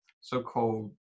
so-called